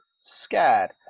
scared